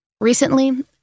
Recently